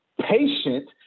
Patient